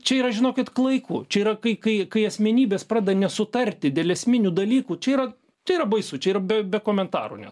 čia yra žinokit klaiku čia yra kai kai kai asmenybės pradeda nesutarti dėl esminių dalykų čia yra čia yra baisu čia ir be be komentarų net